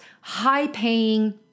high-paying